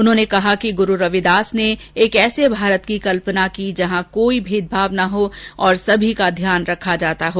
उन्होंने कहा कि गुरू रविदास ने एक ऐसे भारत की कल्पना की जहां कोई भेदभाव नहीं है और सभी का ध्यान रखा जाता है